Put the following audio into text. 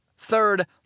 Third